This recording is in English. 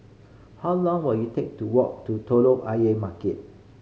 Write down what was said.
how long will it take to walk to Telok Ayer Market